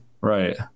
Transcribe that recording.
right